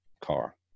car